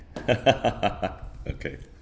okay